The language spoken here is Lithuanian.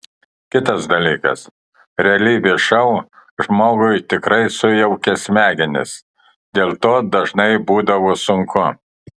kitas dalykas realybės šou žmogui tikrai sujaukia smegenis dėl to dažnai būdavo sunku